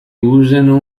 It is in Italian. usano